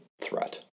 threat